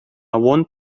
want